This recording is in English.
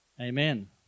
Amen